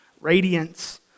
radiance